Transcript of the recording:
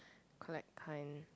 collect kind